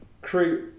create